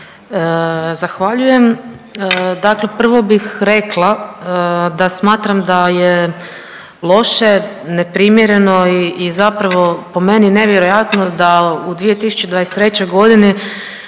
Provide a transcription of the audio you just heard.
Zahvaljujem. Dakle, prvo bih rekla da smatram da je loše, neprimjereno i zapravo po meni nevjerojatno da u 2023. godini